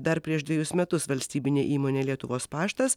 dar prieš dvejus metus valstybinė įmonė lietuvos paštas